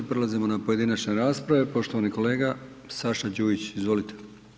Prelazimo na pojedinačne rasprave, poštovani kolega Saša Đujić, izvolite.